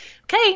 okay